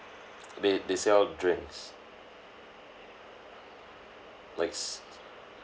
they they sell drinks like